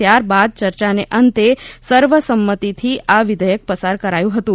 ત્યાર બાદ ચર્યા અંતે સર્વસંમતીથી આ વિધેયક પસાર કરાયું હતું